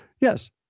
Yes